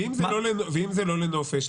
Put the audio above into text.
ואם זה לא לנופש?